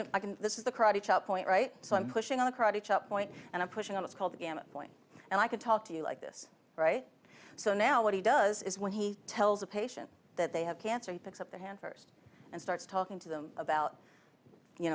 can i can this is the karate chop point right so i'm pushing on a crowd each up point and i'm pushing on it's called the gamut point and i could talk to you like this so now what he does is when he tells a patient that they have cancer picks up their hand first and starts talking to them about you